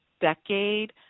decade